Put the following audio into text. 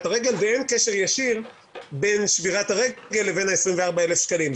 הרגל ואין קשר ישיר בין שבירת הרגל לבין 24,000 השקלים.